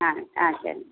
ஆ ஆ சரி